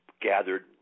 gathered